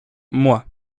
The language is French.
moi